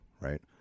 Right